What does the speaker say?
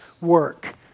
work